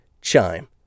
Chime